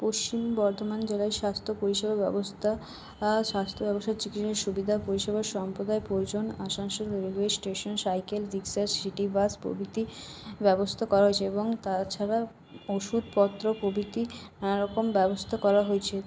পশ্চিম বর্ধমান জেলায় স্বাস্থ্য পরিষেবা ব্যবস্থা স্বাস্থ্যব্যবস্থার পরিষেবা সম্প্রদায় পরিজন Asansol railway station cycle rickshaw city bus প্রভৃতি ব্যবস্থা করা হয়েছে এবং তাছাড়া ওষুধপত্র প্রভৃতি নানারকম ব্যবস্থা করা হয়েছে